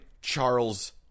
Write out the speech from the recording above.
Charles